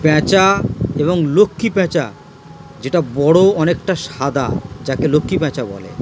পেঁচা এবং লক্ষ্মী পেঁচা যেটা বড়ো অনেকটা সাদা যাকে লক্ষ্মী প্যাঁচা বলে